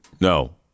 No